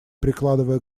прикладывая